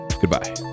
goodbye